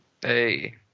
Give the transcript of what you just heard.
Hey